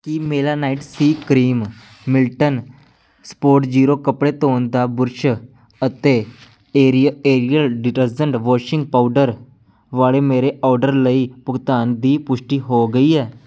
ਕੀ Melanite C cream Milton Spotzero ਕੱਪੜੇ ਧੋਣ ਦਾ ਬੁਰਸ਼ ਅਤੇ ਏਰੀ ਏਰੀਅਲ ਡਿਟਰਜੈਂਟ ਵਾਸ਼ਿੰਗ ਪਾਊਡਰ ਵਾਲੇ ਮੇਰੇ ਆਰਡਰ ਲਈ ਭੁਗਤਾਨ ਦੀ ਪੁਸ਼ਟੀ ਹੋ ਗਈ ਹੈ